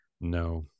No